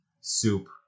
soup